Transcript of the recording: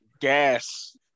Gas